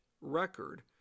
record